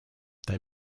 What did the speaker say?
they